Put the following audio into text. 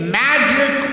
magic